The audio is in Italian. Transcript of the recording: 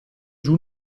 giù